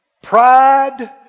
Pride